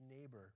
neighbor